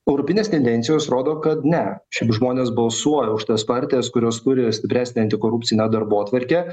europinės tendencijos rodo kad ne šiaip žmonės balsuoja už tas partijas kurios kuria stipresnę antikorupcinę darbotvarkę